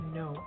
no